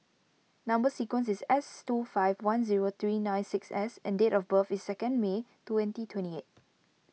Number Sequence is S two five one zero three nine six S and date of birth is second May twenty twenty eight